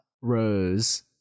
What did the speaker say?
Rose